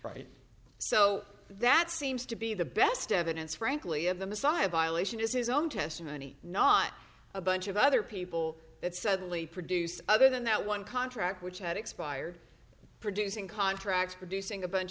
right so that seems to be the best evidence frankly of the messiah violation is his own testimony not a bunch of other people that suddenly produced other than that one contract which had expired producing contracts producing a bunch